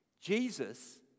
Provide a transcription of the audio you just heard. Jesus